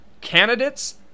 candidates